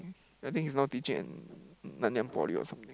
I think he's now teaching in Nanyang-Poly or something